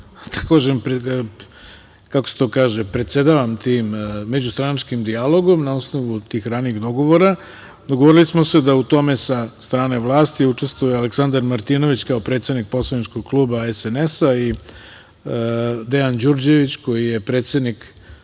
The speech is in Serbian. teme. Pošto ja moram da predsedavam tim međustranačkim dijalogom, na osnovu tih ranijih dogovora, dogovorili smo da u tome sa strane vlasti učestvuje Aleksandar Martinović, kao predsednik poslaničkog kluba SNS, i Dejan Đurđević, koji je šef Radne